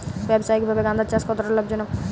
ব্যবসায়িকভাবে গাঁদার চাষ কতটা লাভজনক?